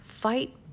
fight